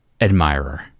admirer